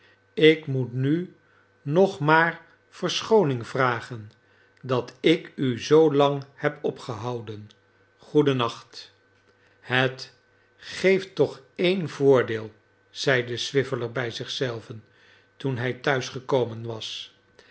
ik moet nu nog maar verschooning vragen dat ik u zoo lang heb opgehouden goeden nacht het geeft toch een voordeel zeide swiveller bij zich zelven toen hij thuis gekomen was